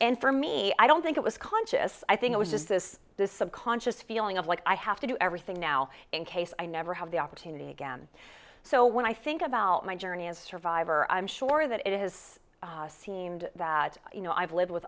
and for me i don't think it was conscious i think it was just this this subconscious feeling of like i have to do everything now in case i never have the opportunity again so when i think about my journey of survivor i'm sure that it has seemed that you know i've lived with